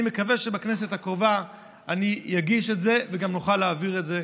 אני מקווה שבכנסת הקרובה אני אגיש את זה וגם נוכל להעביר את זה.